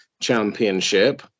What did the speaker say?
Championship